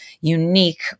unique